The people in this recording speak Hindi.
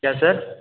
क्या सर